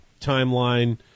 timeline